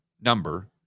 number